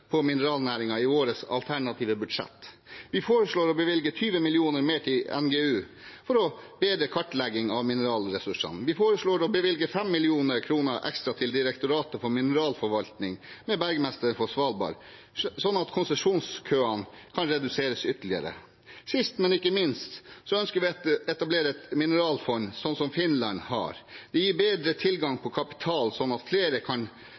på mineralnæringen i vårt alternative budsjett. Vi foreslår å bevilge 20 mill. kr mer til NGU for å få bedre kartleggingen av mineralressursene. Vi foreslår å bevilge 5 mill. kr ekstra til Direktoratet for mineralforvaltning med Bergmesteren for Svalbard, slik at konsesjonskøene kan reduseres ytterligere. Sist, men ikke minst, ønsker vi å etablere et mineralfond, slik som Finland har. Det gir bedre tilgang på kapital, slik at flere kan